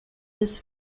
this